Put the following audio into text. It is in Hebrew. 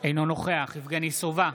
אינו נוכח יבגני סובה,